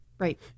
Right